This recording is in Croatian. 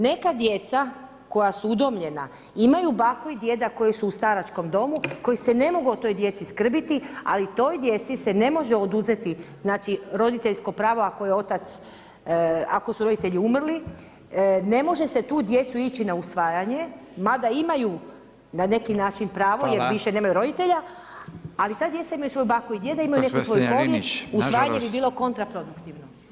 Neka djeca koja su udomljena, imaju baku i djeda koji su u staračkom domu, koji se ne mogu o toj djeci skrbiti, ali toj djeci se ne može oduzeti roditeljsko pravo ako su roditelji umrli, ne može se tu djecu ići na usvajanje, mada imaju na neki način pravo jer više nemaju roditelja, ali ta djeca imaju svoju baku i djeda i imaju neku svoju povijest, usvajanje bi bilo kontra produktivno.